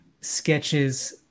sketches